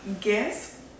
Guess